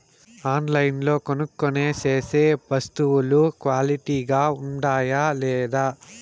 ఆన్లైన్లో కొనుక్కొనే సేసే వస్తువులు క్వాలిటీ గా ఉండాయా లేదా?